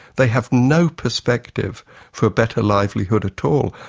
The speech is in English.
they have no perspective for a better livelihood at all,